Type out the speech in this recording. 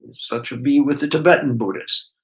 such would be with the tibetan buddhist.